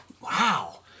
Wow